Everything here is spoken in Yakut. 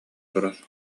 турар